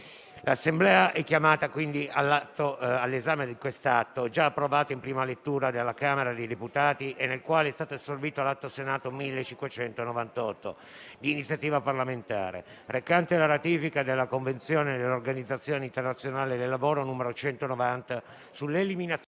L'Assemblea è chiamata, quindi, all'esame di quest'atto, già approvato in prima lettura dalla Camera dei deputati, e nel quale è stato assorbito l'Atto Senato 1598, di iniziativa parlamentare, recante la ratifica della Convenzione dell'Organizzazione internazionale del lavoro n. 190 sull'eliminazione